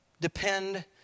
depend